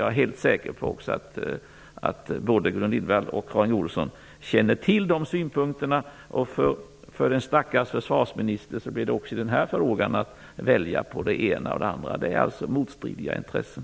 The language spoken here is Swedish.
Jag är helt säker på att både Gudrun Lindvall och Karin Olsson känner till de synpunkterna. För en stackars försvarsminister blir det också i den här frågan att välja mellan det ena och det andra. Det finns alltså motstridiga intressen.